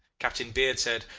captain beard said,